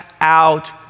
out